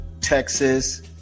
texas